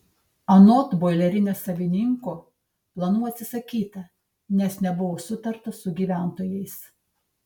anot boilerinės savininko planų atsisakyta nes nebuvo sutarta su gyventojais